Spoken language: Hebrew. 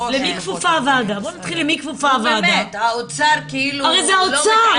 למי כפופה הוועדה, הרי זה האוצר.